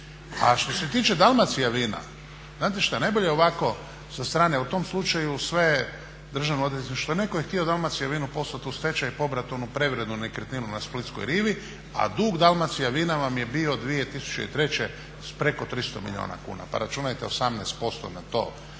A što se tiče Dalmacija vina, znate šta najbolje je ovako sa strane o tom slučaju sve državno odvjetništvo je, neko je htio Dalmacija vinu poslati u stečaj i pobrat onu prevrijednu nekretninu na splitskoj rivi, a dug Dalmacija vina vam je bio 2003. preko 300 milijuna kuna pa računajte 18% na to